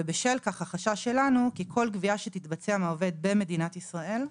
ובשל כך החשש שלנו הוא שכל גבייה שתתבצע מהעובד במדינת ישראל,